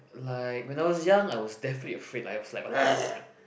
like when I was young I was definitely afraid like I was like